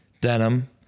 denim